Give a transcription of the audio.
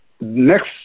next